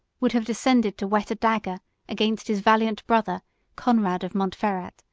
would have descended to whet a dagger against his valiant brother conrad of montferrat,